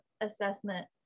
assessment